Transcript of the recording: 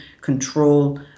control